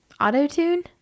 auto-tune